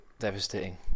devastating